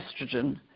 estrogen